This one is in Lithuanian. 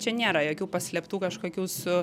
čia nėra jokių paslėptų kažkokių su